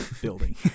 building